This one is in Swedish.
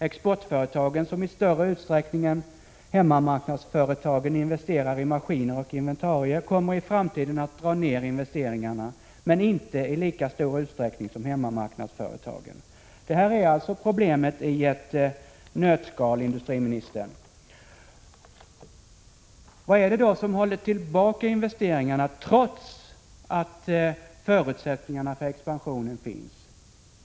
Exportföretagen, som istörre utsträckning än hemmamarknadsföretagen investerar i maskiner och inventarier, kommer i framtiden att dra ned investeringarna men inte i lika stor utsträckning som hemmamarknadsföretagen. Detta är problemen i ett nötskal, industriministern. Vad är det då som håller tillbaka investeringarna, trots att förutsättningar för expansion finns?